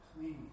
please